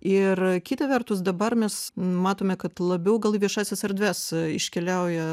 ir kita vertus dabar mes matome kad labiau gal į viešąsias erdves iškeliauja